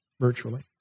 virtually